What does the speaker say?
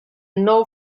nou